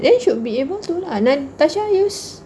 then it should be able to lah and tasha use